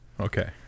Okay